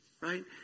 right